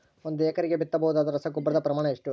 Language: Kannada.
ಒಂದು ಎಕರೆಗೆ ಬಿತ್ತಬಹುದಾದ ರಸಗೊಬ್ಬರದ ಪ್ರಮಾಣ ಎಷ್ಟು?